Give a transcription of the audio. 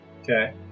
Okay